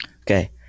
Okay